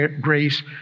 grace